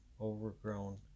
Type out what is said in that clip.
overgrown